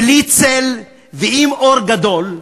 בלי צל, ועם אור גדול.